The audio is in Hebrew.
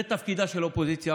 זה תפקידה של אופוזיציה,